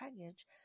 package